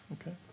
Okay